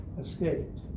escaped